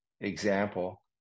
example